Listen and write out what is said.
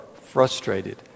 frustrated